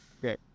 Okay